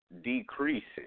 decreasing